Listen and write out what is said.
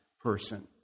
person